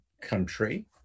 country